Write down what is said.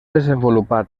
desenvolupat